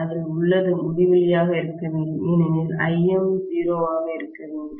அதில் உள்ளது முடிவிலியாக இருக்க வேண்டும் ஏனெனில் Im 0 ஆக இருக்க வேண்டும்